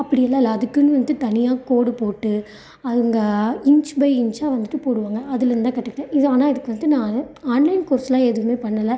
அப்படியெல்லாம் இல்லை அதுக்குன்னு வந்துட்டு தனியாக கோடு போட்டு அதுங்க இன்ச் பை இன்ச்சாக வந்துவிட்டு போடுவாங்க அதுலேந்து தான் கற்றுக்கிட்டேன் இது ஆனால் இதுக்கு வந்துட்டு நான் ஆன்லைன் கோர்ஸுலாம் எதுவுமே பண்ணலை